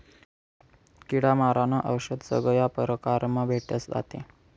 किडा मारानं औशद सगया परकारमा भेटस आते